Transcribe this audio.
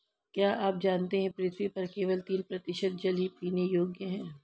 क्या आप जानते है पृथ्वी पर केवल तीन प्रतिशत जल ही पीने योग्य है?